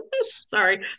sorry